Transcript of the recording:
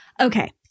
Okay